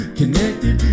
connected